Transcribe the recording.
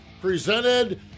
presented